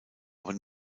aber